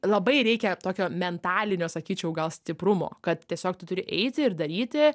labai reikia tokio mentalinio sakyčiau gal stiprumo kad tiesiog tu turi eiti ir daryti